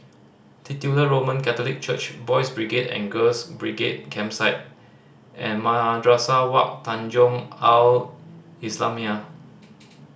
Titular Roman Catholic Church Boys' Brigade and Girls' Brigade Campsite and Madrasah Wak Tanjong Al Islamiah